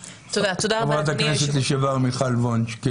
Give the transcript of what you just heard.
חברת הכנסת לשעבר מיכל וונש, בבקשה.